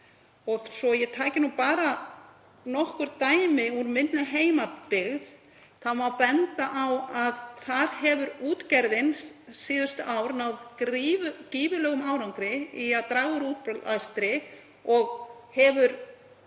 Svo ég taki bara nokkur dæmi úr minni heimabyggð þá má benda á að þar hefur útgerðin síðustu ár náð gífurlegum árangri í að draga úr útblæstri og hefur